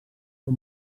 són